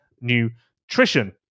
Nutrition